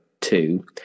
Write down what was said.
two